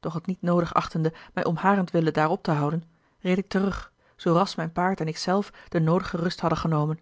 doch het niet noodig achtende mij om harentwille daar op te houden reed ik terug zoo ras mijn paard en ik zelf de noodige rust hadden genomen